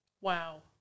Wow